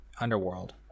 underworld